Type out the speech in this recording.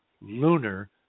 lunar